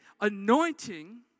anointing